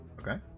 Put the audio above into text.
Okay